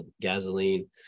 gasoline